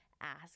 ask